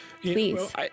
Please